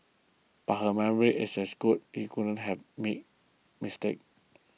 but her memory is as good she couldn't have made mistake